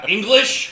English